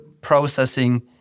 processing